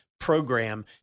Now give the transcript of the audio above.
program